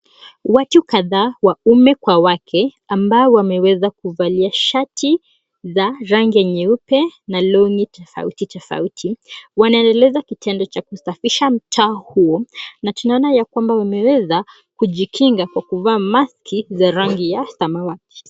Watu kadhaa waume kwa wake ambao wameweza kuvalia shati za rangi ya nyeupe na long'i tofauti tofauti wanaendeleza kitendo cha kusafisha mtaa huo na tunaona ya kwamba wameweza kujikinga kwa kuvaa maski za rangi ya samawati.